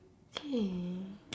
okay